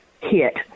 hit